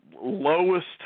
lowest